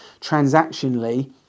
Transactionally